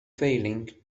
failing